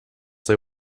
they